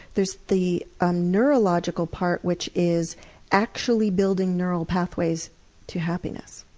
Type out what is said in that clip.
there's the um neurological part which is actually building neural pathways to happiness.